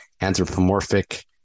anthropomorphic